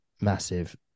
massive